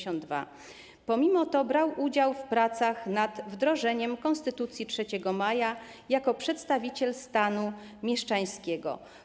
Pomimo to brał udział w pracach nad wdrożeniem Konstytucji 3 maja jako przedstawiciel stanu mieszczańskiego.